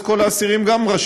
אז כל האסירים גם רשאים.